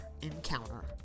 encounter